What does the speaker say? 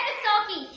sockie